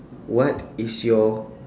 what is your